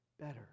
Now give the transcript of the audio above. better